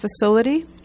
facility